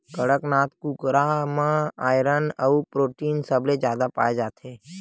कड़कनाथ कुकरा म आयरन अउ प्रोटीन सबले जादा पाए जाथे